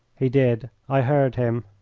he did. i heard him.